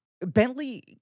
Bentley